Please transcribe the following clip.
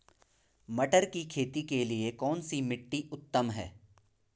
मटर की खेती के लिए कौन सी मिट्टी उत्तम है?